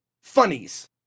funnies